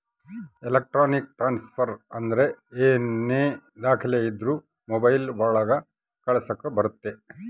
electronic transfer ಅಂದ್ರ ಏನೇ ದಾಖಲೆ ಇದ್ರೂ ಮೊಬೈಲ್ ಒಳಗ ಕಳಿಸಕ್ ಬರುತ್ತೆ